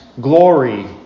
glory